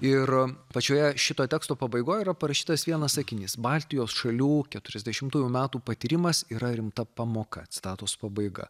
ir pačioje šito teksto pabaigoj yra parašytas vienas sakinys baltijos šalių keturiasdešimtųjų metų patyrimas yra rimta pamoka citatos pabaiga